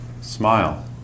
smile